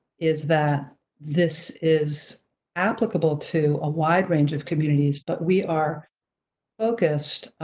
is that this is applicable to a wide range of communities, but we are focused